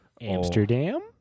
Amsterdam